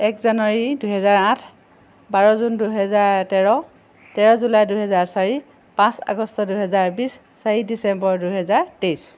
এক জানুৱাৰী দুহেজাৰ আঠ বাৰ জুন দুহেজাৰ তেৰ তেৰ জুলাই দুহেজাৰ চাৰি পাঁচ আগষ্ট দুহেজাৰ বিছ চাৰি ডিচেম্বৰ দুহেজাৰ তেইছ